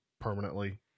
permanently